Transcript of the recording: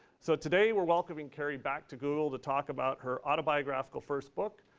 so today we're welcoming kari back to google to talk about her autobiographical first book,